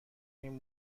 این